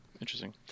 Interesting